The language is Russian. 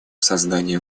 создании